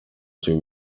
cyo